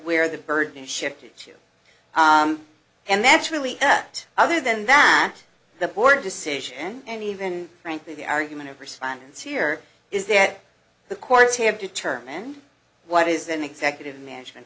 where the burden shifted to and that's really what other than that the board decision and even frankly the argument of respondents here is that the courts have determined what is an executive management